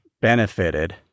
benefited